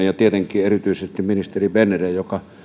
ja tietenkin erityisesti ministeri berneriä joka